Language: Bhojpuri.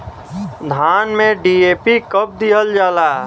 धान में डी.ए.पी कब दिहल जाला?